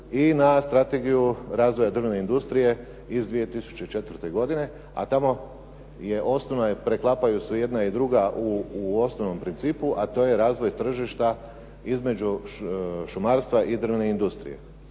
i na Strategiju razvoja drvne industrije iz 2004. godine, a tamo je osnovno, jer preklapaju se jedne i druga u osnovnom principu, a to je razvoj tržišta između šumarstva i drvene industrije.